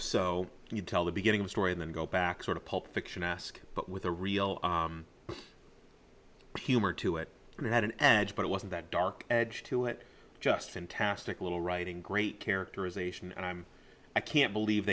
so you tell the beginning of a story and then go back sort of pulp fiction ask but with a real humor to it and it had an edge but it wasn't that dark edge to it just fantastic little writing great characterization and i'm i can't believe